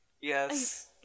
Yes